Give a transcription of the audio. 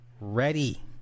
ready